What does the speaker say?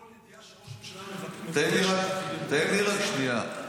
כל ידיעה שראש הממשלה --- תן לי רק שנייה.